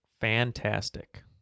Fantastic